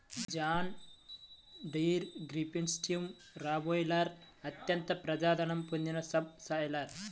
John Deere green system subsoiler అత్యంత ప్రజాదరణ పొందిన సబ్ సాయిలర్